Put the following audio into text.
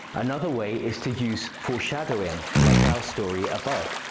another way is to use foreshadowing, like our story above.